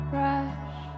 rush